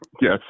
Yes